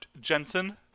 Jensen